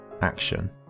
action